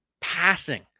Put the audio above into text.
passing